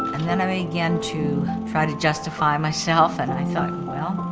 and then i began to try to justify myself and i thought, well,